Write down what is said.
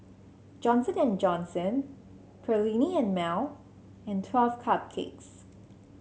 Johnson And Johnson Perllini and Mel and Twelve Cupcakes